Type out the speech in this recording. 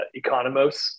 Economos